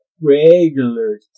regular